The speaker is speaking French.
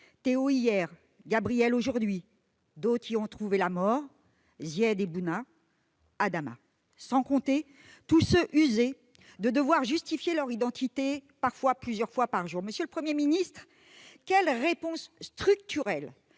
Théo hier, Gabriel aujourd'hui -, d'autres ont trouvé la mort- Zyed et Bouna, Adama -, sans compter tous ceux qui sont usés de devoir justifier leur identité, parfois plusieurs fois par jour. Monsieur le Premier ministre, quelle réponse structurelle